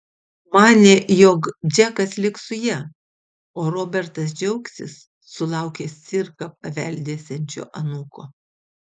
manė jog džekas liks su ja o robertas džiaugsis sulaukęs cirką paveldėsiančio anūko